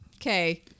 okay